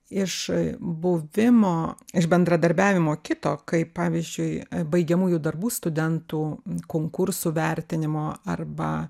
iš buvimo iš bendradarbiavimo kito kaip pavyzdžiui baigiamųjų darbų studentų konkursų vertinimo arba